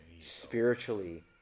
spiritually